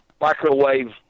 microwave